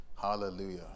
Hallelujah